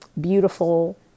beautiful